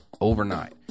overnight